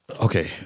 okay